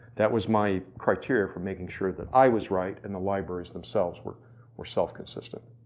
that was my criteria for making sure that i was right, and the libraries themselves were were self consistent.